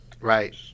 right